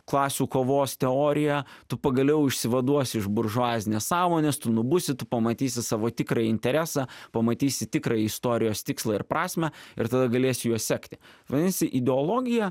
klasių kovos teoriją tu pagaliau išsivaduosi iš buržuazinės sąmonės tu nubusi tu pamatysi savo tikrąjį interesą pamatysi tikrąjį istorijos tikslą ir prasmę ir tada galėsi juo sekti vadinasi ideologija